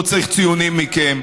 לא צריך ציונים מכם.